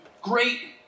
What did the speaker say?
Great